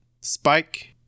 spike